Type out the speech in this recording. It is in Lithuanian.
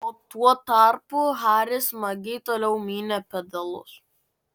o tuo tarpu haris smagiai toliau mynė pedalus